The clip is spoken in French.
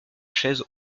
chaises